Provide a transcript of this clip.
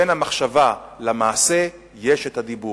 בין המחשבה למעשה יש הדיבור.